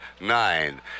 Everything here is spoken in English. nine